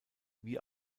wie